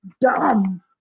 dumb